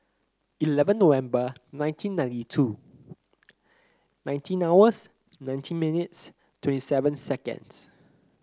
eleven November nineteen ninety two nineteen hours nineteen minutes twenty seven seconds